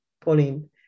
Pauline